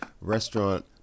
restaurant